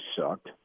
sucked